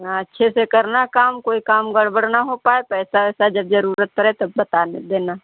हाँ अच्छे से करना काम कोई काम गड़बड़ न हो पाए पैसा वैसा जब जरूरत पड़े तो बता देना